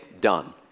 done